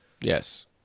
Yes